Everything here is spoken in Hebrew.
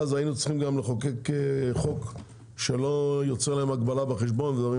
ואז היינו צריכים לחוקק חוק שלא יוצר להם הגבלה בחשבון וכו'.